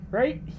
right